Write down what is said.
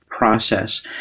process